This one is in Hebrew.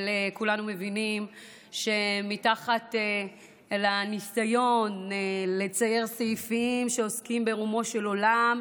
אבל כולנו מבינים שמתחת לניסיון לצייר סעיפים שעוסקים ברומו של עולם,